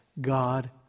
God